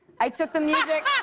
i took the music